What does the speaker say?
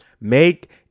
Make